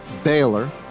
Baylor